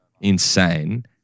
insane